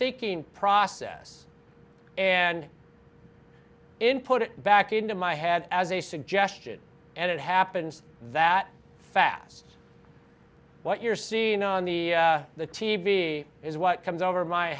thinking process and in put it back into my head as a suggestion and it happens that fast what you're seeing on the the t v is what comes over my